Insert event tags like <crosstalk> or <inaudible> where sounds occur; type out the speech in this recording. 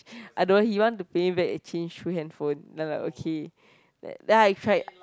<noise> I don't know he want to pay me back and change free handphone then like okay then I tried